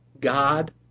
God